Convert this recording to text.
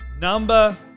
Number